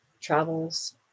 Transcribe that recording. travels